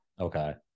Okay